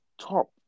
top